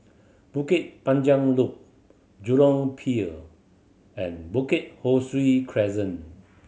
Bukit Panjang Loop Jurong Pier and Bukit Ho Swee Crescent